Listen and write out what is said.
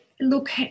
look